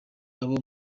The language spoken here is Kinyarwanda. uba